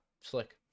slick